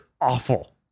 awful